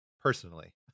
personally